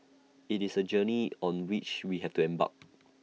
IT is A journey on which we have to embarked